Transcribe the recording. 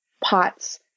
pots